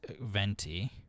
Venti